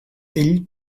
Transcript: ell